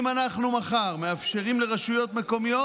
אם אנחנו מחר מאפשרים לרשויות מקומיות,